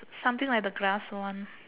something like the grass one